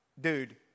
dude